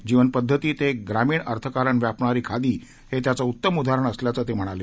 जीवपद्वती ते ग्रामीण अर्थकारण व्यापणारी खादी हे त्याचं उत्तम उदाहरण असल्याचं ते म्हणाले